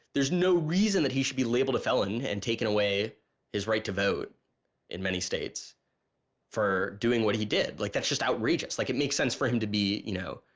there's no reason that he should be labeled a felon and taken away his right to vote in many states for doing what he did, like, that's just outrageous, like, it makes sense for him to be you know,